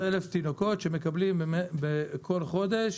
17 אלף תינוקות, שמקבלים כל חודש